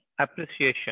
appreciation